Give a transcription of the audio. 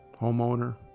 homeowner